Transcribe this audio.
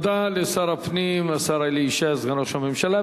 תודה לשר הפנים, השר אלי ישי, סגן ראש הממשלה.